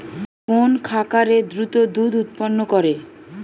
কোন খাকারে দ্রুত দুধ উৎপন্ন করে?